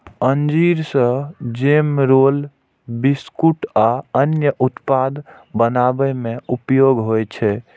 अंजीर सं jam, roll, biscuit आ अन्य उत्पाद बनाबै मे उपयोग होइ छै